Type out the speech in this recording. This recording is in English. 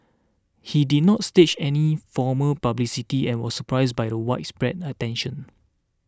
he did not stage any formal publicity and was surprised by the widespread attention